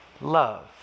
love